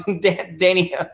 Danny